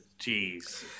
Jeez